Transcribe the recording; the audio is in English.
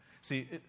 See